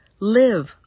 live